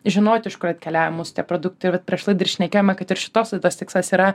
žinoti iš kur atkeliavę mūsų tie produktai ir vat prieš laidą ir šnekėjome kad ir šitos laidos tikslas yra